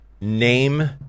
name